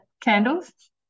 candles